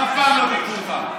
אף פעם לא תקפו אותם.